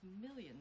millions